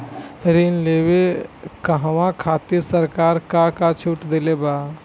ऋण लेवे कहवा खातिर सरकार का का छूट देले बा?